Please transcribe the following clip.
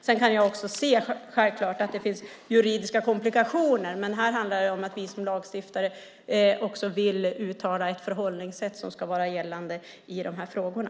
Sedan kan jag självklart se att det finns juridiska komplikationer, men här handlar det om att vi som lagstiftare vill ge uttryck åt ett förhållningssätt som ska vara gällande i de här frågorna.